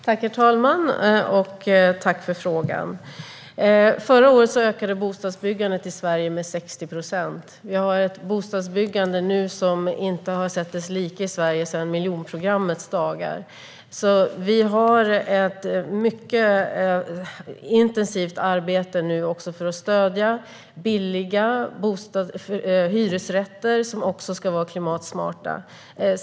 Herr talman! Tack för frågan! Förra året ökade bostadsbyggandet i Sverige med 60 procent. Vi har nu ett bostadsbyggande som inte liknar något vi har sett sedan miljonprogrammets dagar. Vi har alltså ett mycket intensivt arbete för att stödja billiga hyresrätter som också ska vara klimatsmarta.